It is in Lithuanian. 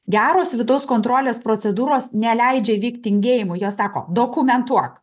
geros vidaus kontrolės procedūros neleidžia įvykt tingėjimui jie sako dokumentuok